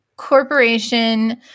corporation